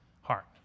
heart